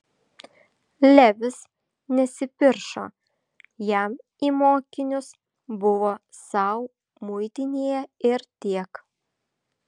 levis nesipiršo jam į mokinius buvo sau muitinėje ir tiek